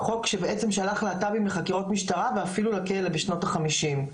חוק שבעצם שלח להט"בים לחקירות משטרה ואפילו לכלא בשנות ה-50'.